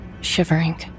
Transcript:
shivering